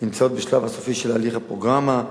נמצאות בשלב הסופי של הליך הפרוגרמה.